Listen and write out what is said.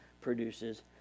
produces